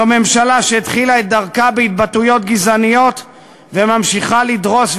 זו ממשלה שהתחילה את דרכה בהתבטאויות גזעניות וממשיכה לדרוס,